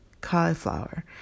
cauliflower